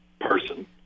person